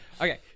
okay